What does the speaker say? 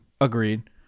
Agreed